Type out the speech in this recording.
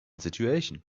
situation